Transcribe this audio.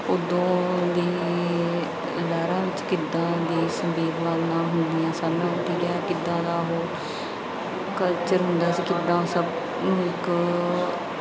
ਉੱਦੋਂ ਦੇ ਲਹਿਰਾਂ ਵਿੱਚ ਕਿੱਦਾਂ ਦੀ ਸੰਵੇਦਭਾਵਨਾ ਹੁੰਦੀਆਂ ਸਨ ਠੀਕ ਹੈ ਕਿੱਦਾਂ ਦਾ ਉਹ ਕਲਚਰ ਹੁੰਦਾ ਸੀ ਕਿੱਦਾਂ ਸਭ ਨੂੰ ਇੱਕ